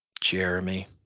Jeremy